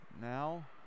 Now